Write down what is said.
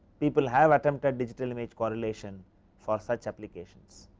people have attempted digital image correlation for such applications.